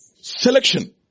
selection